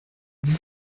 dix